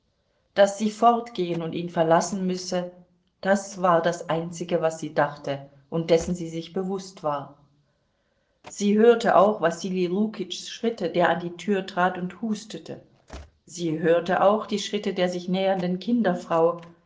daß sie fortgehen und ihn verlassen müsse das war das einzige was sie dachte und dessen sie sich bewußt war sie hörte auch wasili lukitschs schritte der an die tür trat und hustete sie hörte auch die schritte der sich nähernden kinderfrau